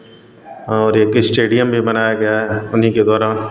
और एक स्टेडियम भी बनाया गया उन्हीं के द्वारा